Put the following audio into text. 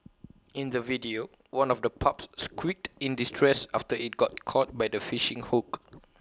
in the video one of the pups squeaked in distress after IT got caught by the fishing hook